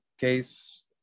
case